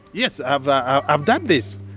yes. i've ah i've done this,